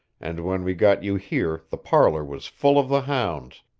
and when we got you here the parlor was full of the hounds,